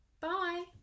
bye